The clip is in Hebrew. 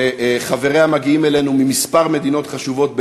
וחבריה מגיעים אלינו מכמה מדינות חשובות באירופה.